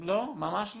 לא, ממש לא.